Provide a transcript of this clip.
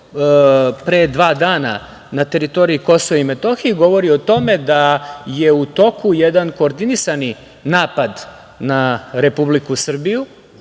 pre dva dana na teritoriji KiM govori o tome da je u toku jedan koordinisani napad na Republiku Srbiju.